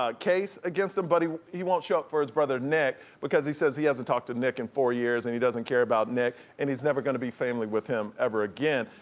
case against him, but he he won't show up for his brother, nick, because he says he hasn't talked to nick in four years and he doesn't care about nick and he's never gonna be family with him ever again.